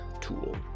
tool